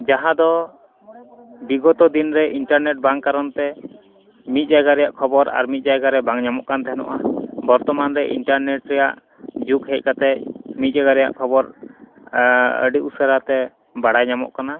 ᱡᱟᱦᱟᱸ ᱫᱚ ᱵᱤᱜᱚᱛᱚ ᱫᱤᱱ ᱨᱮ ᱤᱱᱴᱟᱨᱱᱮᱹᱴ ᱵᱟᱝ ᱠᱟᱨᱚᱱᱛᱮ ᱢᱤᱫ ᱡᱟᱭᱜᱟ ᱨᱮᱭᱟᱜ ᱠᱷᱚᱵᱚᱨ ᱟᱨ ᱢᱤᱫ ᱡᱟᱭᱜᱟᱨᱮ ᱵᱟᱝ ᱧᱟᱢᱚᱜ ᱠᱟᱱ ᱛᱟᱦᱮᱱᱚᱜᱼᱟ ᱵᱚᱨᱛᱚᱢᱟᱱ ᱨᱮ ᱤᱱᱴᱟᱨᱱᱮᱹᱴ ᱨᱮᱭᱟᱜ ᱡᱩᱜᱽ ᱦᱮᱡ ᱠᱟᱛᱮᱫ ᱢᱤᱫ ᱡᱟᱭᱜᱟ ᱨᱮᱭᱟᱜ ᱠᱷᱚᱵᱚᱨ ᱟᱹᱰᱤ ᱩᱥᱟᱹᱨᱟᱛᱮ ᱵᱟᱲᱟᱭ ᱧᱟᱢᱚᱜ ᱠᱟᱱᱟ